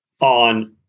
on